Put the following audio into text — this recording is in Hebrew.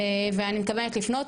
ואני מתכוונת לפנות.